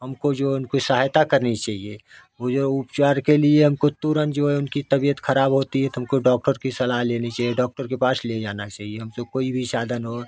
हमको जो उनको सहायता करनी चाहिए उज्हें उपचार के लिए हमको तुरंत जो है उनकी तबियत ख़राब होती है तो हमको डॉक्टर की सलाह लेनी चाहिए डॉक्टर के पास ले जाना चाहिए हमसे कोई भी साधन हो